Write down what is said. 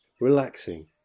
relaxing